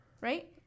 right